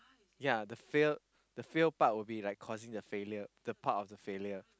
ya the fear the fear part would be like causing the failure the part of the failure